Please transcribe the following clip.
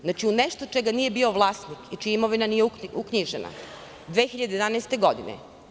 Znači, u nešto čega nije bio vlasnik i čija imovina nije uknjižena 2011. godine.